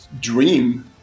dream